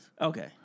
okay